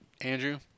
Andrew